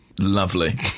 Lovely